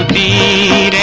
e